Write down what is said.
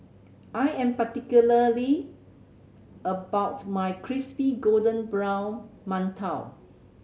I am particularly about my crispy golden brown mantou